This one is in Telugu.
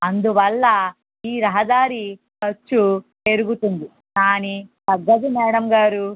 అందువల్ల ఈ రహదారి ఖర్చు పెరుగుతుంది కానీ తగ్గదు మేడంగారు